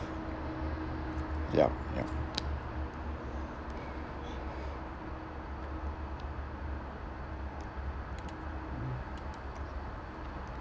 yup yup